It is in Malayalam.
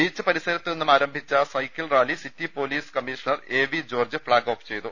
ബീച്ച് പരിസരത്ത് നിന്നും ആരംഭിച്ച cycle rally city police commissioner A V George flag off ചെയ്തു